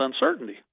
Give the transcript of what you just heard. uncertainty